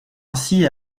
ainsi